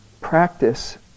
practice